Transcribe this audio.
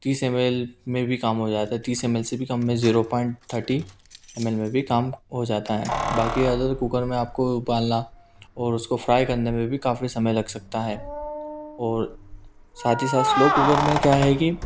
तीस M L मे भी काम हो जाता है तीस एम एल से भी कम में zero point thirty M L में भी काम हो जाता है बाकी अदर कूकर मे आपको उबालना और उसको फ्राइ करने में भी काफ़ी समय लग सकता है और साथ ही साथ स्लो कूकर मे क्या है कि